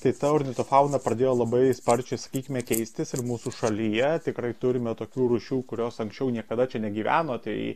tai ta ornitofauna pradėjo labai sparčiai sakykime keistis ir mūsų šalyje tikrai turime tokių rūšių kurios anksčiau niekada čia negyveno tai